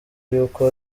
y’uko